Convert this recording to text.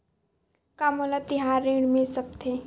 का मोला तिहार ऋण मिल सकथे?